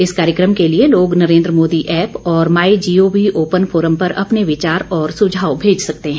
इस कार्यक्रम के लिए लोग नरेन्द्र मोदी ऐप और माईजीओवी ओपन फोरम पर अपने विचार और सुझाव भेज सकते हैं